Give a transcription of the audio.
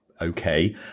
okay